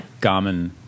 Garmin